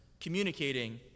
communicating